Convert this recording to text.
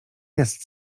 jest